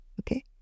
Okay